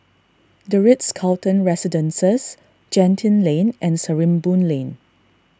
the Ritz Carlton Residences Genting Lane and Sarimbun Lane